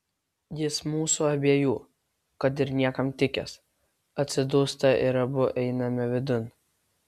jis mūsų abiejų kad ir niekam tikęs atsidūsta ir abu einame vidun